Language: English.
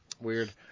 Weird